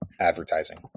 advertising